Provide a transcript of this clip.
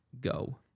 Go